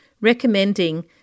recommending